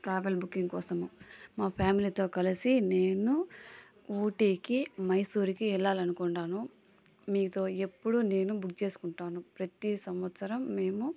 travel booking కోసము మా ఫ్యామిలీతో కలిసి నేను ఊటీకి మైసూర్కి ఎళ్లాలనుకొండాను మీతో ఎప్పుడు నేను బుక్ చేసుకుంటాను ప్రతీ సంవత్సరం మేము